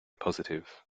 positive